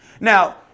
now